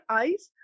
eyes